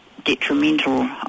detrimental